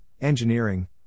engineering